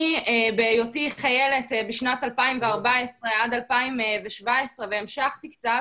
אני בהיותי חיילת בשנת 2014-2017 והמשכתי קצת,